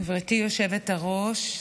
גברתי היושבת-ראש,